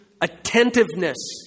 attentiveness